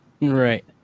Right